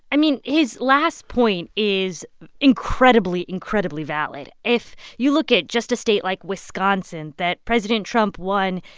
i mean, his last point is incredibly, incredibly valid. if you look at just a state like wisconsin that president trump won,